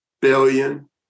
billion